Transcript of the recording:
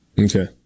Okay